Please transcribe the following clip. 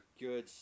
good